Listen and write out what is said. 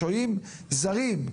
שוהים זרים,